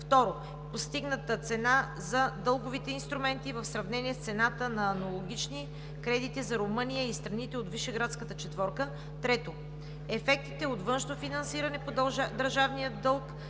2. Постигнатата цена за дълговите инструменти в сравнение с цената за аналогични кредити за Румъния и страните от Вишеградската четворка. 3. Ефектите от външното финансиране по държавния дълг